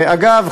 ואגב,